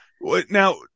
Now